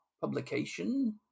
publication